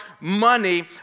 money